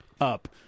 up